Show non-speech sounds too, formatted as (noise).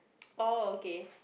(noise) oh okay